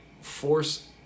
force